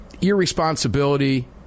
Irresponsibility